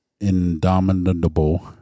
indomitable